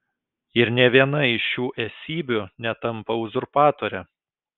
ir nė viena iš šių esybių netampa uzurpatore